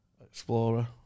explorer